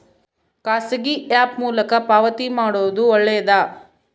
ಖಾಸಗಿ ಆ್ಯಪ್ ಮೂಲಕ ಪಾವತಿ ಮಾಡೋದು ಒಳ್ಳೆದಾ?